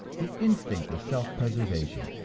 the instinct of self-preservation,